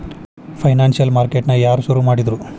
Financial market ನ ಯಾರ್ ಶುರುಮಾಡಿದ್ರು?